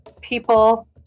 People